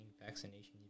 vaccination